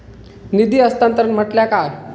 निधी हस्तांतरण म्हटल्या काय?